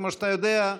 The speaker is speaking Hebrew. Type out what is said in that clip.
כמו שאתה יודע,